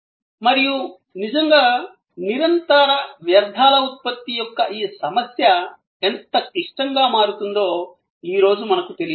మరియు నిజంగా నిరంతర వ్యర్థాల ఉత్పత్తి యొక్క ఈ సమస్య ఎంత క్లిష్టంగా మారుతుందో ఈ రోజు మనకు తెలియదు